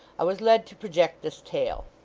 i was led to project this tale.